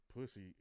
pussy